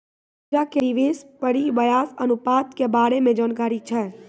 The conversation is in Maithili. पूजा के निवेश परिव्यास अनुपात के बारे मे जानकारी छै